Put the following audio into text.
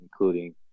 including